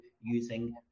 using